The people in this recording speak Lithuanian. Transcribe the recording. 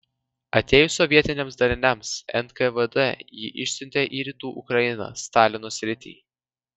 atėjus sovietiniams daliniams nkvd jį išsiuntė į rytų ukrainą stalino sritį